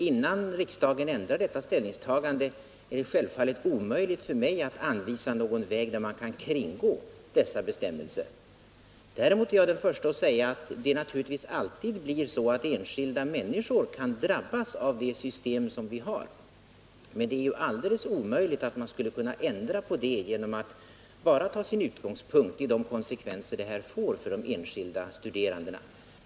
Innan riksdagen ändrar detta ställningstagande, är det självfallet omöjligt för mig att anvisa någon väg för att kringgå dessa bestämmelser. Däremot är jag den förste att säga att det naturligtvis alltid blir så att enskilda människor kan drabbas av det system som vi har. Men det är alldeles omöjligt att ändra på det genom att bara ta sin utgångspunkt i de konsekvenser det kan få för de enskilda studerandena.